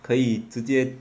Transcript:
可以直接